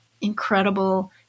incredible